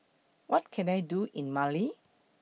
What Can I Do in Mali